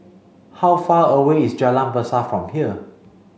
how far away is Jalan Besar from here